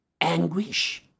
anguish